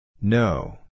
No